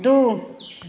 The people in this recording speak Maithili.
दुइ